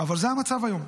אבל זה המצב היום.